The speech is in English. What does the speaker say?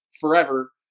Forever